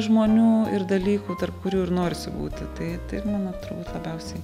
žmonių ir dalykų tarp kurių ir norisi būti tai tai ir man atrodo labiausiai